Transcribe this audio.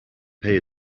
pay